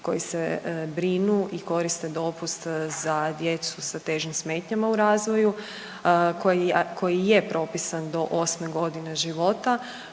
koji se brinu i koriste dopust za djecu sa težim smetnjama u razvoju, koji je propisan do 8. g. života